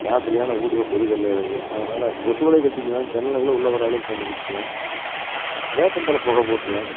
ராத்திரியானால் வீட்டுக்கு பெரிய தொல்லையாக வருது அதனால் கொசு வலையை கட்டிக்கிவேன் ஜன்னல்களை உள்ளே வராத அளவு பண்ணி வெச்சுக்குவேன் வேப்பந்தழை பொகை போட்டிருவேன்